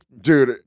Dude